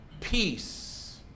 peace